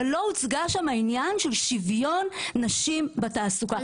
אבל לא הוצג שם העניין של שוויון נשים בתעסוקה.